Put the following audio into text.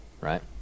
Right